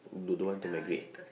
do~ don't want to migrate